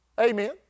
Amen